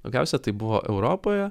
daugiausia tai buvo europoje